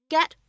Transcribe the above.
Get